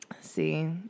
See